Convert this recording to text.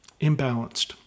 imbalanced